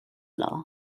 law